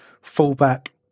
fullback